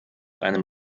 einem